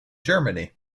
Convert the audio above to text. germany